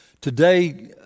today